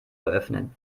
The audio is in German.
eröffnen